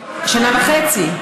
שנה וחצי.